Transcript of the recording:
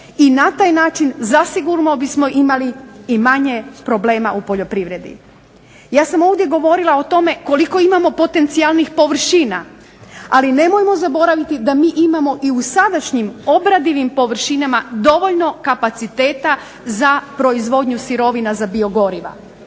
i na taj način zasigurno bismo imali i manje problema u poljoprivredi. Ja sam ovdje govorila o tome koliko imamo potencijalnih površina, ali nemojmo zaboraviti da mi imamo i u sadašnjim, obradivim površinama dovoljno kapaciteta za proizvodnju sirovina za biogoriva.